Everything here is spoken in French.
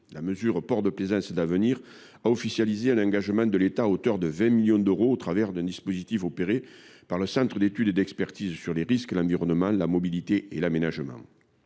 La mesure « Ports de plaisance d’avenir » a officialisé un engagement pris par l’État, à hauteur de 20 millions d’euros, au travers d’un dispositif opéré par le Centre d’études et d’expertise sur les risques, l’environnement, la mobilité et l’aménagement